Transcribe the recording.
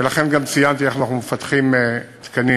ולכן, גם ציינתי איך אנחנו מפתחים תקנים